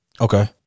Okay